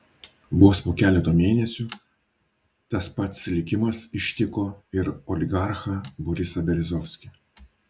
vos po keleto mėnesių tas pats likimas ištiko ir oligarchą borisą berezovskį